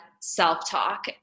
self-talk